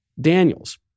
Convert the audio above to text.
Daniels